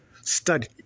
Study